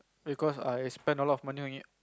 because I spend a lot of money on it